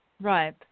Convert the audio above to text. right